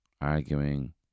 arguing